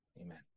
Amen